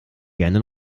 gerne